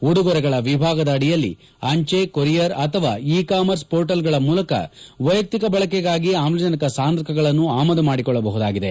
ಉಡುಗೊರೆಗಳ ವಿಭಾಗದ ಅಡಿಯಲ್ಲಿ ಅಂಜೆ ಕೊರಿಯರ್ ಅಥವಾ ಇ ಕಾಮರ್ಸ್ ಪೋರ್ಟಲ್ಗಳ ಮೂಲಕ ವೈಯಕ್ತಿಕ ಬಳಕೆಗಾಗಿ ಆಮ್ಲಜನಕ ಸಾಂದ್ರಕಗಳನ್ನು ಆಮದು ಮಾಡಿಕೊಳ್ಳಬಹುದಾಗಿದೆ